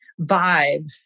vibe